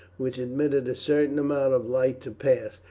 which admitted a certain amount of light to pass,